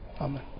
Amen